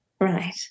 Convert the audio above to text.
Right